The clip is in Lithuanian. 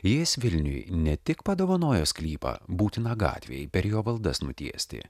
jis vilniui ne tik padovanojo sklypą būtiną gatvei per jo valdas nutiesti